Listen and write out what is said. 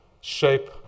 shape